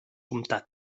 comptat